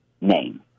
name